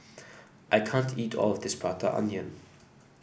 I can't eat all of this Prata Onion